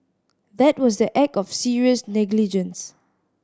that was the act of serious negligence